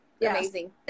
amazing